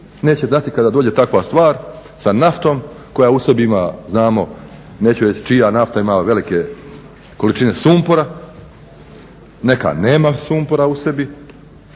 neće znati kada dođe takva stvar sa naftom koja u sebi ima znamo neću reći čija nafta ima velike količine sumpora. Neka nema sumpora u sebi.